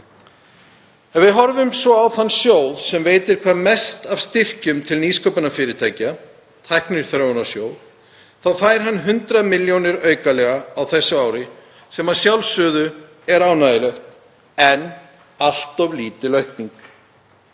Ef við horfum svo á þann sjóð sem veitir hvað mest af styrkjum til nýsköpunarfyrirtækja, Tækniþróunarsjóð, þá fær hann 100 milljónir aukalega á þessu ári sem að sjálfsögðu er ánægjulegt en allt of lítil aukning.